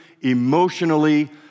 emotionally